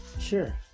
Sure